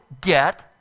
get